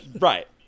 right